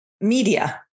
media